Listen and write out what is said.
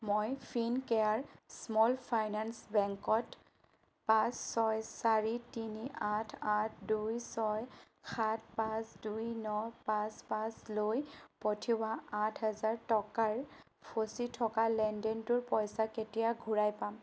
মই Fincare Small Finance বেংকত পাঁচ ছয় চাৰি তিনি আঠ আঠ দুই ছয় সাত পাঁচ দুই ন পাঁচ পাঁচলৈ পঠিওৱা আঠ হাজাৰ টকাৰ ফচি থকা লেনদেনটোৰ পইচা কেতিয়া ঘূৰাই পাম